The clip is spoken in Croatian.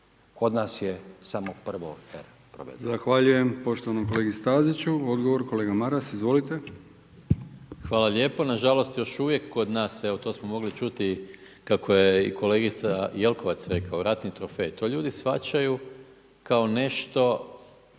Milijan (HDZ)** Zahvaljujem poštovanom kolegi Staziću. Odgovor kolega Maras. Izvolite. **Maras, Gordan (SDP)** Hvala lijepo. Na žalost još uvijek kod nas, evo to smo mogli čuti kako je i kolegica Jelkovac rekla, ratni trofej. To ljudi shvaćaju kao nešto